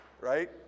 Right